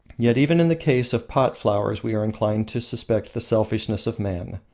yet even in the case of pot flowers we are inclined to suspect the selfishness of man.